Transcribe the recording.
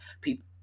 People